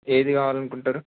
ఏది కావాలనుకుంటారు